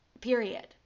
period